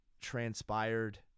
transpired